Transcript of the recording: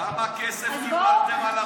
כמה כסף קיבלתם על החוק?